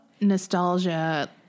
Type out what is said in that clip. nostalgia